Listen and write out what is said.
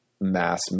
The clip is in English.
mass